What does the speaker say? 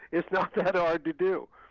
it's not that hard to do.